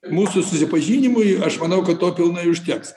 mūsų susipažinimui aš manau kad to pilnai užteks